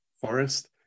forest